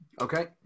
Okay